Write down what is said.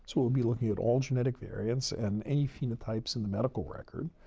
so, we'll be looking at all genetic variants and any phenotypes in the medical record.